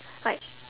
like